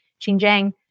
Xinjiang